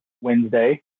Wednesday